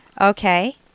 okay